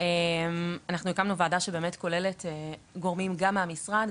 אנחנו הקמנו וועדה שבאמת כוללת גורמים גם מהמשרד,